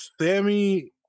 Sammy